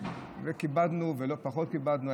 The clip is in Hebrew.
כיבדנו ופחות כיבדנו,